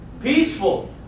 peaceful